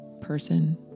person